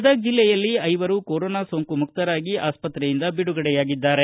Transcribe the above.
ಗದಗ ಜಿಲ್ಲೆಯಲ್ಲಿ ಐವರು ಕೊರೋನಾ ಸೋಂಕು ಮುಕ್ತರಾಗಿ ಆಸ್ಪತ್ರೆಯಿಂದ ಬಿಡುಗಡೆಯಾಗಿದ್ದಾರೆ